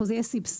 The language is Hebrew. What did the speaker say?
או זה יהיה סבסוד,